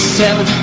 seven